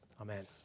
Amen